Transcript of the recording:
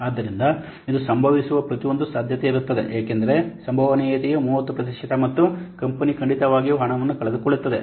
ಆದ್ದರಿಂದ ಇದು ಸಂಭವಿಸುವ ಪ್ರತಿಯೊಂದು ಸಾಧ್ಯತೆಯಿರುತ್ತದೆ ಏಕೆಂದರೆ ಸಂಭವನೀಯತೆಯು 30 ಪ್ರತಿಶತ ಮತ್ತು ಕಂಪನಿಯು ಖಂಡಿತವಾಗಿಯೂ ಹಣವನ್ನು ಕಳೆದುಕೊಳ್ಳುತ್ತದೆ